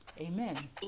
Amen